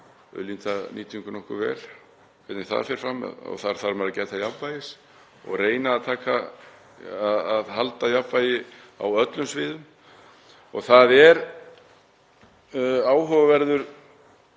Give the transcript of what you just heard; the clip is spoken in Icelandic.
Það er áhugaverður